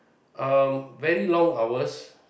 um very long hours